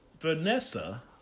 Vanessa